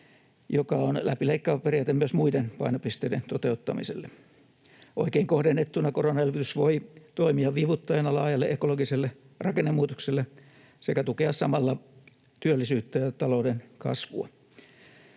joka on läpileikkaava periaate myös muiden painopisteiden toteuttamiselle. Oikein kohdennettuna koronaelvytys voi toimia vivuttajana laajalle ekologiselle rakennemuutokselle sekä tukea samalla työllisyyttä ja talouden kasvua.